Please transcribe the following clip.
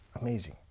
Amazing